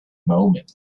moment